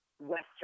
Western